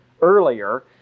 earlier